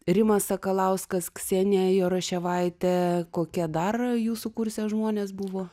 rimas sakalauskas ksenija jaroševaitė kokie dar jūsų kurse žmonės buvo